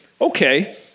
Okay